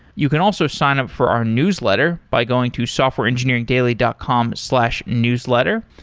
you can also sign up for our newsletter by going to softwareengineeringddaily dot com slash newsletter,